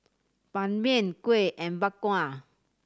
Ban Mian kuih and Bak Kwa